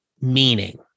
Meaning